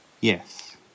Yes